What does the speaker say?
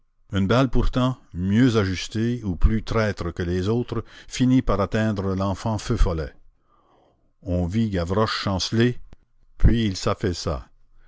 une balle pourtant mieux ajustée ou plus traître que les autres finit par atteindre l'enfant feu follet on vit gavroche chanceler puis il s'affaissa